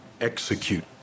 execute